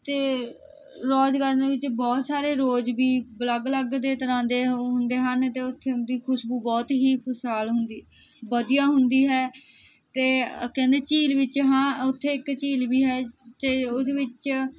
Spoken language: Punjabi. ਅਤੇ ਰੋਜ਼ ਗਾਰਡਨ ਬਹੁਤ ਸਾਰੇ ਰੋਜ਼ ਵੀ ਅਲੱਗ ਅਲੱਗ ਦੇ ਤਰ੍ਹਾਂ ਦੇ ਹੁੰਦੇ ਹਨ ਅਤੇ ਉੱਥੇ ਉਹਨਾਂ ਦੀ ਖੁਸ਼ਬੂ ਬਹੁਤ ਹੀ ਖੁਸ਼ਹਾਲ ਹੁੰਦੀ ਵਧੀਆ ਹੁੰਦੀ ਹੈ ਅਤੇ ਕਹਿੰਦੇ ਝੀਲ ਵਿੱਚ ਹਾਂ ਉੱਥੇ ਇੱਕ ਝੀਲ ਵੀ ਹੈ ਅਤੇ ਉਹਦੇ ਵਿੱਚ